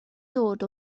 dod